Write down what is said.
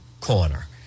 corner